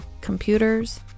computers